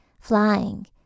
Flying